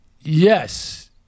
yes